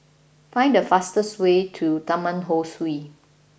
find the fastest way to Taman Ho Swee